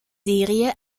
serie